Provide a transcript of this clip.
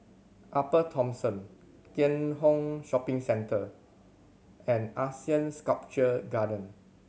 Upper Thomson Keat Hong Shopping Centre and ASEAN Sculpture Garden